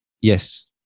Yes